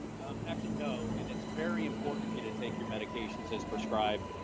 actually, no. and it's very important for you to take your medications as prescribed.